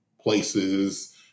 places